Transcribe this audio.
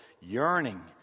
yearning